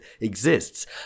exists